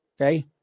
Okay